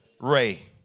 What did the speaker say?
Ray